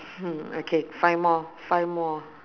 okay five more five more